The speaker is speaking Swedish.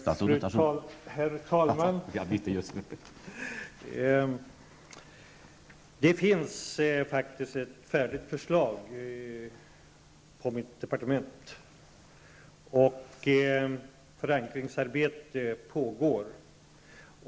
Herr talman! Det finns faktiskt ett färdigt förslag på mitt departement. Förankringsarbete pågår.